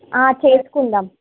చేసుకుందాం